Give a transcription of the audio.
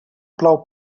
plou